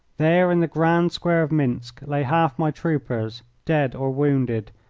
there in the grand square of minsk lay half my troopers dead or wounded,